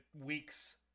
weeks